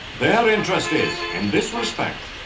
their interest is, in this respect,